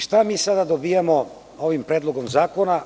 Šta mi sada dobijamo ovim predlogom zakona?